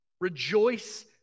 rejoice